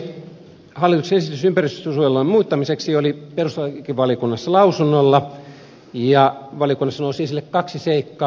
hallituksen esitys ympäristösuojelulain muuttamiseksi oli perustuslakivaliokunnassa lausunnolla ja valiokunnassa nousi esille kaksi seikkaa